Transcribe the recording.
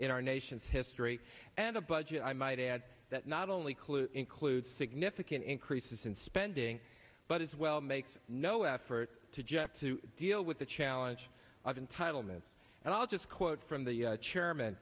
in our nation's history and a budget i might add that not only clue includes significant increases in spending but as well makes no effort to just to deal with the challenge of entitlements and i'll just quote from the chairman